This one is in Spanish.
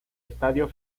estadio